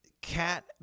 Cat